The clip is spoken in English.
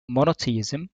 monotheism